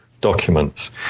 documents